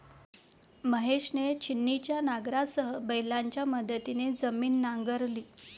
महेशने छिन्नीच्या नांगरासह बैलांच्या मदतीने जमीन नांगरली